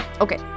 okay